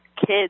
kids